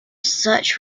search